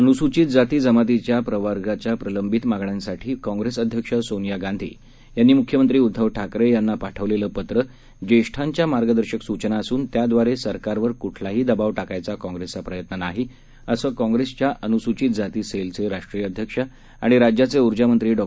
अनुसूचितजातीजमातीप्रवर्गाच्याप्रलंबितमागण्यांसाठीकाँप्रेसअध्यक्षसोनियागांधीयांनीमुख्यमंत्रीउद्धवठाकरेयांनापाठवलेलंपत्रज्ये ष्ठांच्यामार्गदर्शकसूचनाअसून त्याद्वारेसरकारवरकुठलाहीदबावटाकण्याचाकाँग्रेसचाप्रयत्ननाही असंकाँग्रेसच्याअनुसुचितजातीसेलचेराष्ट्रीयअध्यक्षआणिराज्याचेऊर्जामंत्रीडॉ